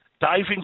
diving